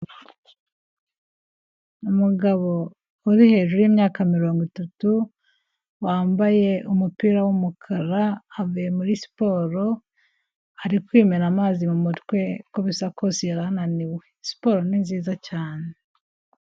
Umugabo uri hejuru y'imyaka mirongo itatu wambaye umupira w'umukara avuye muri siporo, ari kwimena amazi mu mutwe, uko bisa kose yari ananiwe. Siporo ni nziza cyane.